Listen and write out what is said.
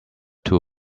two